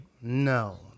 No